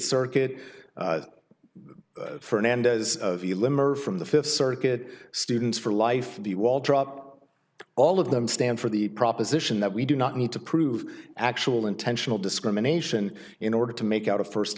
circuit fernandez the limmer from the fifth circuit students for life the waldrop all of them stand for the proposition that we do not need to prove actual intentional discrimination in order to make out a first